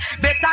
Better